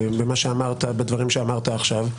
בדברים שאמרת עכשיו,